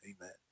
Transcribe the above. Amen